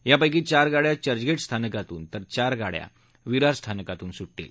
यापैकी चार गाडया चर्चगेट स्थानकातून तर चार गाडया विरार स्थानकातून सुटतील